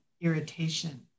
irritation